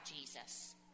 Jesus